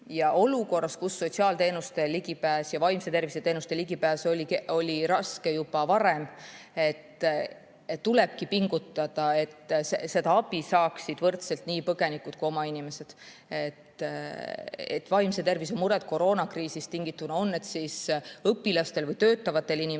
Ja olukorras, kus sotsiaalteenustele ligipääs ja vaimse tervise teenustele ligipääs oli raske juba varem, tulebki pingutada, et seda abi saaksid võrdselt nii põgenikud kui ka oma inimesed. Vaimse tervise mured koroonakriisist tingituna on meie õpilastel ja töötavatel inimestel